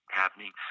happening